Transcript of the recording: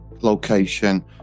location